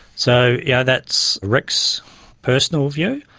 so yeah that's rick's personal view,